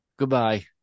Goodbye